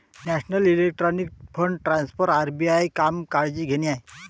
national electronic fund transfer RBI काम काळजी घेणे आहे